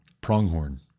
pronghorn